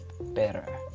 better